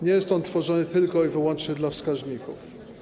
Nie jest on tworzony tylko i wyłącznie dla wskaźników.